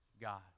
God